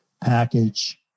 package